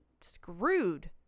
screwed